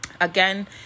Again